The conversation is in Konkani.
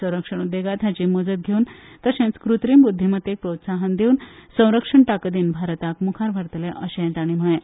संरक्षण उद्देगांत हाची मजत घेवन तर्शेंच कूत्रीम बुद्धीमत्तेक प्रोत्साहन दिवन संरक्षण ताकदीन भारताक मुखार व्हरतले अशेंय तांणी म्हळां